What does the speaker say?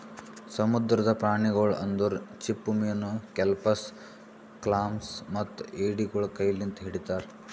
ಸಮುದ್ರದ ಪ್ರಾಣಿಗೊಳ್ ಅಂದುರ್ ಚಿಪ್ಪುಮೀನು, ಕೆಲ್ಪಸ್, ಕ್ಲಾಮ್ಸ್ ಮತ್ತ ಎಡಿಗೊಳ್ ಕೈ ಲಿಂತ್ ಹಿಡಿತಾರ್